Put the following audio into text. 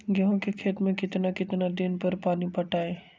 गेंहू के खेत मे कितना कितना दिन पर पानी पटाये?